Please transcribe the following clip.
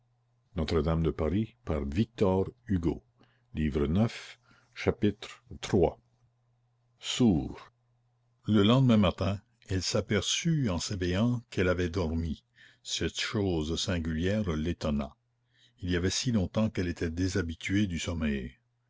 hauteur iii sourd le lendemain matin elle s'aperçut en s'éveillant qu'elle avait dormi cette chose singulière l'étonna il y avait si longtemps qu'elle était déshabituée du sommeil